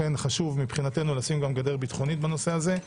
חשוב מבחינתנו לשים גדר ביטחונית בנושא הזה,